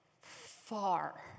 far